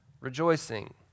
rejoicing